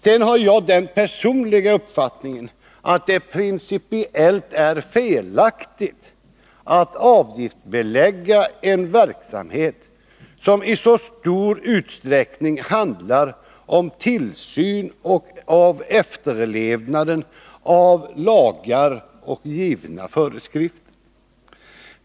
Sedan har jag den personliga uppfattningen att det principiellt är felaktigt 119 att avgiftsbelägga en verksamhet som i så stor utsträckning handlar om tillsynen av att lagar och givna föreskrifter efterlevs.